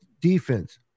defense